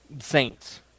Saints